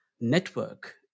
network